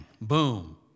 boom